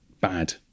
bad